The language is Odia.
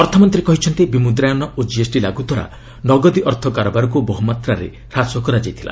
ଅର୍ଥମନ୍ତ୍ରୀ କହିଛନ୍ତି ବିମୁଦ୍ରାୟନ ଓ କିଏସ୍ଟି ଲାଗୁଦ୍ୱାରା ନଗଦି ଅର୍ଥ କାରବାରକୁ ବହୁମାତ୍ରାରେ ହ୍ରାସ କରାଯାଇଥିଲା